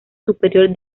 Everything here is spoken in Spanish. superior